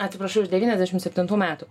atsiprašau iš devyniasdešim septintų metų